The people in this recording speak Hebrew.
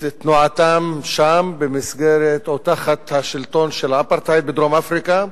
תנועתם שם תחת השלטון של האפרטהייד בדרום-אפריקה.